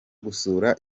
gusura